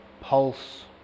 pulse